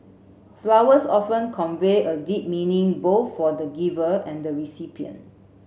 flowers often convey a deep meaning both for the giver and the recipient